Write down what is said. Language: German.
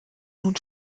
nun